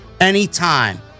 anytime